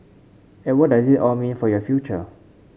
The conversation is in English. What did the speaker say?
and what does it all mean for your future